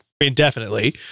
indefinitely